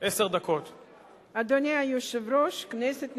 להכינה לקריאה ראשונה.